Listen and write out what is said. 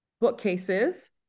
bookcases